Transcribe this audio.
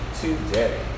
today